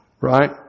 right